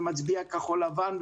ומצביע כחול לבן,